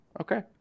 Okay